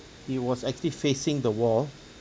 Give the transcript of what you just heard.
he was actually facing the wall